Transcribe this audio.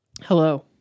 Hello